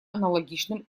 аналогичным